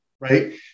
right